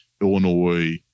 Illinois